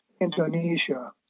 Indonesia